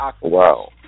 Wow